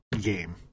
game